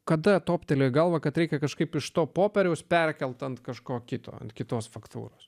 kada toptelėjo į galvą kad reikia kažkaip iš to popieriaus perkelti ant kažko kito ant kitos faktūros